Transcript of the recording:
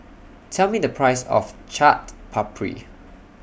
Tell Me The Price of Chaat Papri